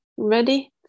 ready